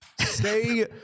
Stay